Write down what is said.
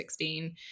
2016